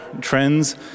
trends